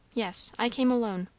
yes, i came alone.